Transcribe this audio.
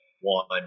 one